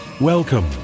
Welcome